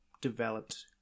developed